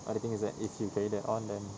but the thing is that if you carry that on then